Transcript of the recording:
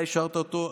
אתה אישרת אותו.